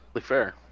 fair